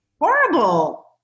Horrible